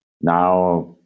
now